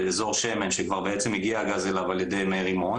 באזור שמן שכבר בעצם מגיע הגז אליו מידי מרימון